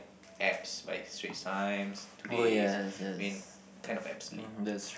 apps by Straits Times Todays I mean kind of obsolete